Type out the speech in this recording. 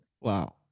Wow